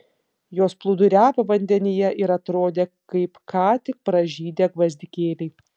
jos plūduriavo vandenyje ir atrodė kaip ką tik pražydę gvazdikėliai